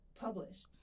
published